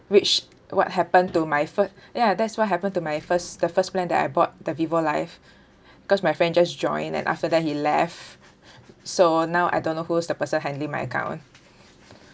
which what happened to my first ya that's what happened to my first the first plan that I bought the vivo life because my friend just join and after that he left so now I don't know who's the person handling my account